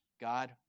God